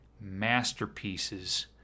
masterpieces